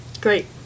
Great